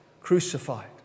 crucified